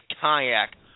kayak